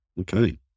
Okay